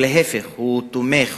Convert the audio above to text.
להיפך,